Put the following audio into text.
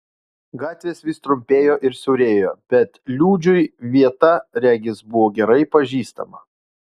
gatvės vis trumpėjo ir siaurėjo bet liudžiui vieta regis buvo gerai pažįstama